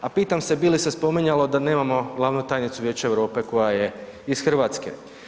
A pitam se bi li se spominjalo da nemamo glavnu tajnicu Vijeća Europe koja je iz Hrvatske.